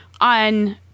on